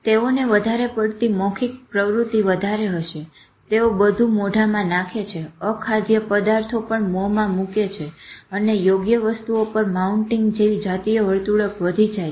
તેઓને વધારે પડતી મૌખિક પ્રવૃત્તિ વધારે હશે તેઓ બધું મોઢામાં નાખે છે અખાદ્ય પદાર્થો પણ મોં માં મુકે છે અને યોગ્ય વસ્તુઓ પર માઉનટીગ જેવી જાતીય વર્તુણક વધી જાય છે